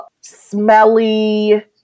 smelly